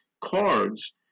cards